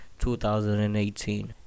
2018